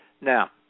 Now